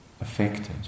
affected